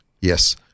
Yes